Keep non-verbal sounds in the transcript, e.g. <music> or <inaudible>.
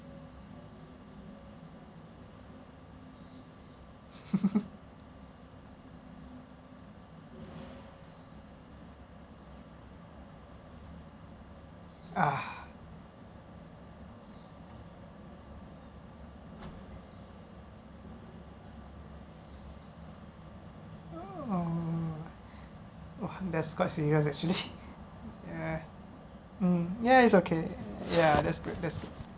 <laughs> ah oh !wah! that’s quite serious actually ya um ya it’s okay ya that’s good that’s good